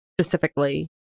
specifically